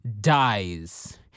dies